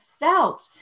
felt